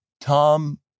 Tom